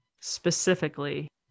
specifically